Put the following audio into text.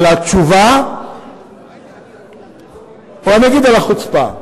על התשובה או נגיד על החוצפה.